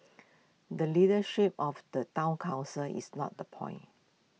the leadership of the Town Council is not the point